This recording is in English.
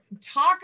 Talk